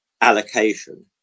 allocation